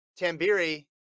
Tambiri